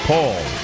Paul